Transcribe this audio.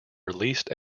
released